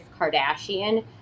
Kardashian